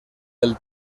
del